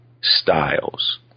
styles